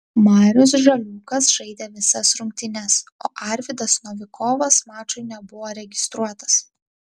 marius žaliūkas žaidė visas rungtynes o arvydas novikovas mačui nebuvo registruotas